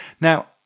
Now